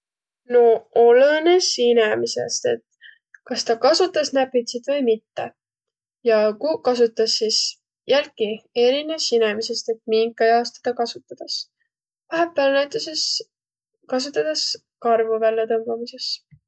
Noq olõnõs inemisest, et kas tä kasutas näpitsit vai mitte. Ja kuq kasutas, sis jälkiq erines inemisest, et minka jaos tada kasutadas. Vahepääl näütüses kasutadas karvu vällätõmbamisõs.